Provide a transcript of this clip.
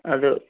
ಅದು